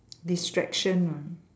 distraction ah